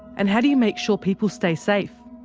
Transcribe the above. and how do you make sure people stay safe?